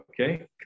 Okay